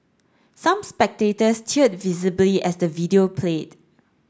some spectators teared visibly as the video played